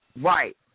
Right